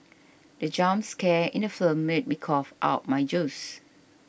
the jump scare in the film made me cough out my juice